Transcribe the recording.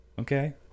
Okay